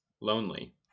lonely